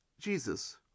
Jesus